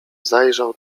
zajrzał